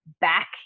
back